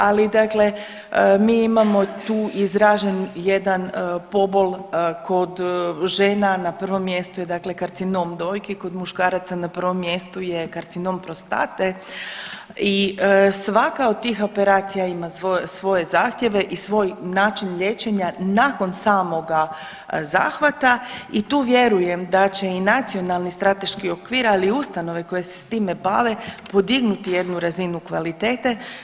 Ali dakle mi imamo tu izražen jedan pobol kod žena na prvom mjestu je dakle karcinom dojki, kod muškaraca na prvom mjestu je karcinom prostate i svaka od tih operacija ima svoje zahtjeve i svoj način liječenja nakon samoga zahvata i tu vjerujem da će i nacionalni strateški okvir, ali i ustanove koje se s time bave podignuti jednu razinu kvalitete.